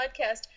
podcast